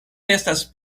restas